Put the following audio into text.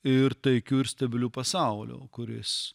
ir taikiu ir stabiliu pasauliu kuris